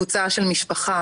קבוצה של משפחה,